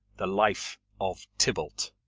the life of tybalt.